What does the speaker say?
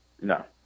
No